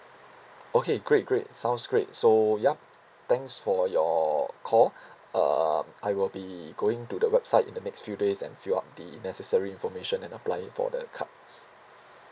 okay great great sounds great so yup thanks for your call um I will be going to the website in the next few days and fill up the necessary information and applying for the cards